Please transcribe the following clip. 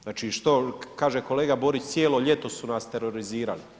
Znači kaže kolega Borić, cijelo ljeto su nas terorizirali.